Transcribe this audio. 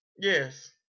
Yes